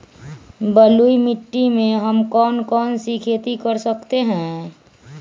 बलुई मिट्टी में हम कौन कौन सी खेती कर सकते हैँ?